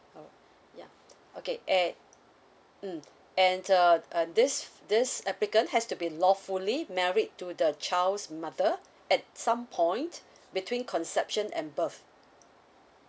mm ya okay and mm and uh uh this this applicant has to be lawfully married to the child's mother at some point between conception and birth